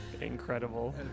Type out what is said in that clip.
Incredible